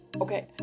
okay